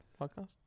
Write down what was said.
podcast